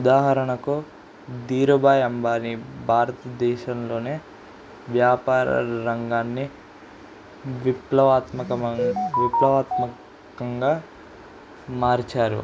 ఉదాహరణకు దీరుబాయ్ అంబాని భారతదేశంలో వ్యాపార రంగాన్ని విప్లవాత్మకమ విప్లవాత్మకంగా మార్చారు